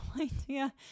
idea